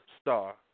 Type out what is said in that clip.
Star